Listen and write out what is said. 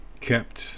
kept